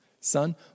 Son